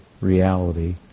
reality